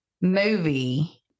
movie